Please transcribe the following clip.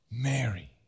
Mary